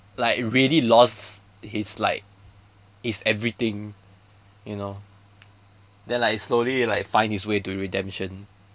like really lost his like his everything you know then like slowly like find his way to redemption